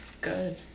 good